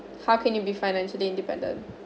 how can you be financially independent